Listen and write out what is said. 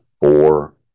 four